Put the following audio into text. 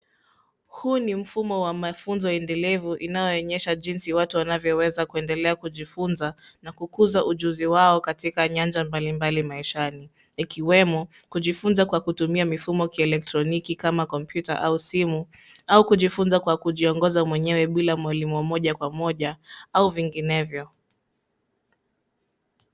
Huu ni mfumo wa mafunzo endelevu unaoonyesha jinsi watu wanaweza kuendelea kujifunza na kukuza ujuzi wao katika nyanja mbalimbali maishani. Ikiwemo kujifunza kwa kutumia mifumo ya kielektroniki kama kompyuta au simu, au kujifunza kwa kujiongoza mwenyewe bila mwalimu wa moja kwa moja, au vinginevyo.